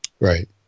Right